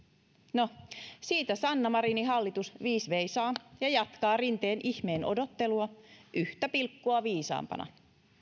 no siitä sanna marinin hallitus viis veisaa ja jatkaa rinteen ihmeen odottelua yhtä pilkkua viisaampana